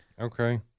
Okay